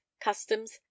customs